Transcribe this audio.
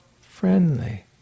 friendly